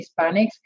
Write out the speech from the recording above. Hispanics